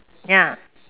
ya